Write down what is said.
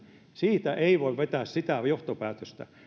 siitä ei voi vetää sitä johtopäätöstä